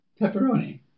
pepperoni